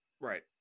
right